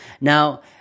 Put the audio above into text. Now